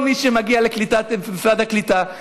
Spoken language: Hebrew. כל מי שמגיע למשרד הקליטה,